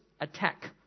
attack